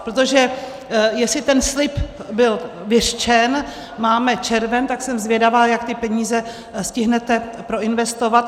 Protože jestli ten slib byl vyřčen, máme červen, tak jsem zvědavá, jak ty peníze stihnete proinvestovat.